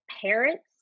parents